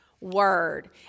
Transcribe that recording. word